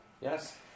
yes